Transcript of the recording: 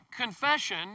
Confession